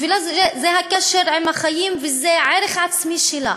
בשבילה זה הקשר עם החיים, וזה הערך העצמי שלה.